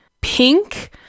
pink